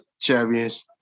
champions